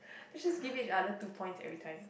let's just give it other two points every time